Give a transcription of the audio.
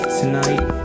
tonight